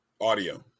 audio